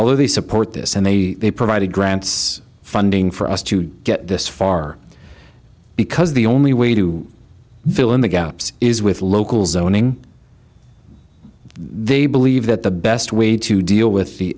of the support this and they provided grants funding for us to get this far because the only way to fill in the gaps is with local zoning they believe that the best way to deal with the